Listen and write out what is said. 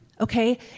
okay